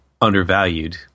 undervalued